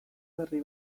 berri